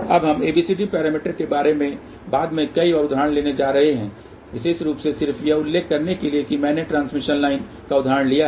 अब हम ABCD parameter के बारे में बाद में कई और उदाहरण लेने जा रहे हैं विशेष रूप से सिर्फ यह उल्लेख करने के लिए कि मैंने ट्रांसमिशन लाइन का उदाहरण लिया है